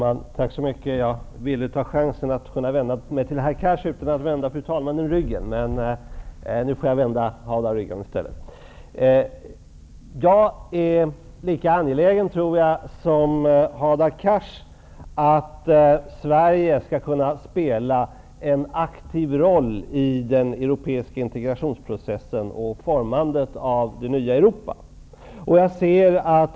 Fru talman! Jag ville ta chansen att kunna vända mig till herr Cars utan att vända fru talmannen ryggen, men nu får jag vända Hadars Cars ryggen i stället. Jag tror att jag är lika angelägen som Hadar Cars att Sverige skall kunna spela en aktiv roll i den europeiska integrationsprocessen och formandet av det nya Europa.